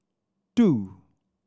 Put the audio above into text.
two